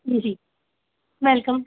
जी welcome